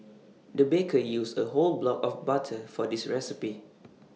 the baker used A whole block of butter for this recipe